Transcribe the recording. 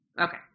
Okay